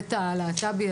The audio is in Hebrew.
בהיבט הלהט"בי,